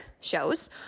shows